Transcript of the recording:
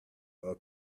are